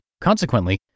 Consequently